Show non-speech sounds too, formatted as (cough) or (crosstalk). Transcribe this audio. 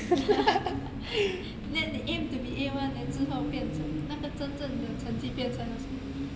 (laughs) then 你 aim to be A one then 之后变那个真正的成绩变成了什么